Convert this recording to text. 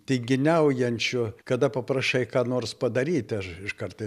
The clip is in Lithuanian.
tinginiaujančių kada paprašai ką nors padaryti aš iš karto